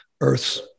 earth's